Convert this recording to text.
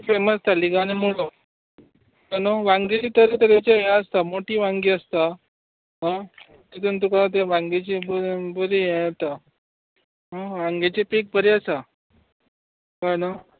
famous आनी मुळो तेतून न्हू वांगीची तर तरेची हे आसता मोठी वांगी आसता हां तितून तुका तें वांगीचे ब बरी हे येता हां वांगीची पिक बरी आसा कळ्ळें न्हू